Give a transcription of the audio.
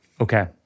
Okay